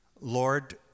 Lord